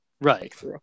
Right